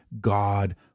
God